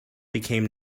became